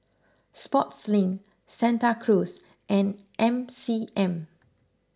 Sportslink Santa Cruz and M C M